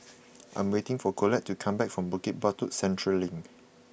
I am waiting for Colette to come back from Bukit Batok Central Link